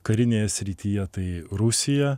karinėje srityje tai rusija